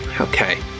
Okay